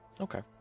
Okay